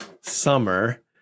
summer